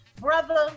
Brother